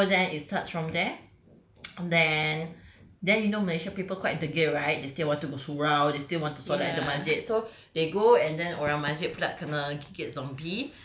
so ya lah so then it starts from there then then you know malaysia people quite degil right they still want to surau they still want to solat at the masjid so they go and then orang masjid pula kena